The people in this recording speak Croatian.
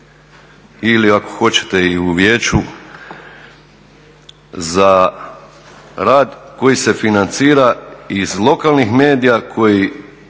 ili ako hoćete i u vijeću za rad koji se financira iz lokalnih medija koji